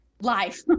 life